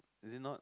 is it not